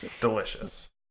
delicious